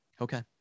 Okay